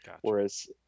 Whereas